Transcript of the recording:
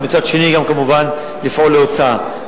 ומצד אחר גם כמובן לפעול להוצאה,